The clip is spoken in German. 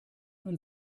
man